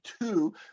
two